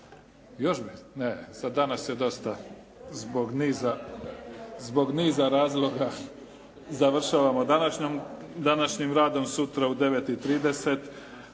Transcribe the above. završili. Za danas je dosta zbog niza razloga. Završavamo današnjim radom. Sutra u 9,30